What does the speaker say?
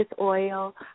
oil